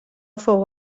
fou